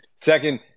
Second